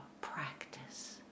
practice